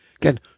again